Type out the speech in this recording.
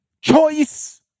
choice